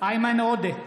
איימן עודה,